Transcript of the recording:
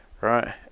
right